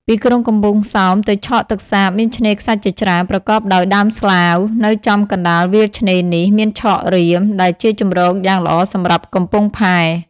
ពីក្រុងកំពង់សោមទៅឆកទឹកសាប មានឆ្នេរខ្សាច់ជាច្រើន ប្រកប ដោយដើមស្លាវ នៅចំកណ្តាលវាលឆ្នេរនេះ មានឆករាម ដែលជាជំរកយ៉ាងល្អសំរាប់កំពង់ផែ ។